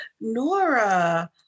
Nora